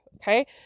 Okay